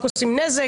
הם רק עושים נזק.